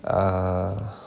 uh